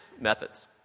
methods